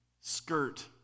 skirt